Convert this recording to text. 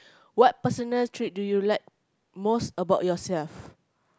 what personal trait do you like most about yourself